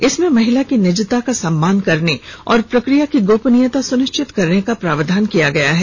इसमें महिला की निजता का सम्मान करने और प्रक्रिया की गोपनीयता सुनिश्चित करने का प्रावधान किया गया है